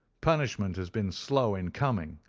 punishment has been slow in coming,